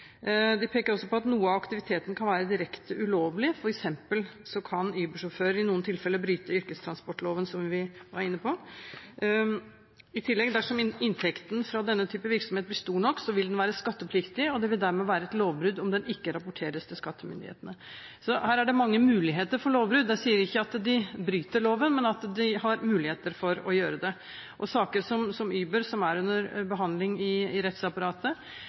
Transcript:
De peker også på at noe av «aktiviteten kan være direkte ulovlig, f.eks. kan Uber-sjåfører i noen tilfeller bryte yrkestransportloven», som vi var inne på. «I tillegg, dersom inntekten fra denne typen virksomhet blir stor nok, vil den være skattepliktig, og det vil dermed være et lovbrudd om den ikke rapporteres til skattemyndighetene.» Her er det mange muligheter for lovbrudd. Jeg sier ikke at en bryter loven, men at en har muligheter for å gjøre det. Saker som Uber, som er under behandling i rettsapparatet,